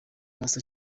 paccy